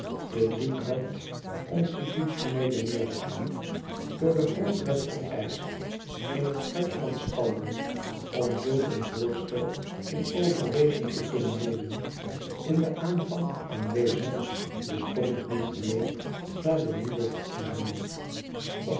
de drie kwart constitutioneele meerderheid door de grondwet vereischt in het huis der standen om zulk een voorstel in overweging te kunnen nemen in den aanvang aanwezig bestond niet meer e ids aargang na de nieuwe verkiezingen